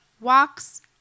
Walks